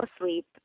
asleep